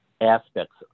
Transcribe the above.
aspects